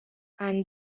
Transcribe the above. and